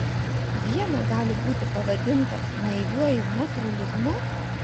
viena gali būti pavadinta naiviuoju natūralizmu